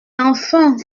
enfin